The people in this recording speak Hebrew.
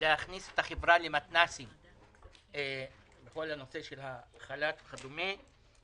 להכניס את החברה למתנסים בכל הנושא של החל"ת וכדומה.